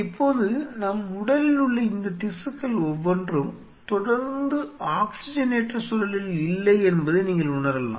இப்போது நம் உடலில் உள்ள இந்த திசுக்கள் ஒவ்வொன்றும் தொடர்ந்து ஆக்ஸிஜனேற்ற சூழலில் இல்லை என்பதை நீங்கள் உணரலாம்